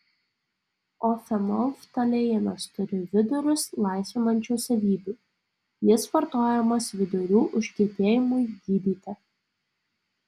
o fenolftaleinas turi vidurius laisvinančių savybių jis vartojamas vidurių užkietėjimui gydyti